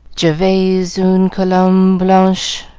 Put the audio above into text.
j'avais une colombe blanche,